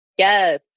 Yes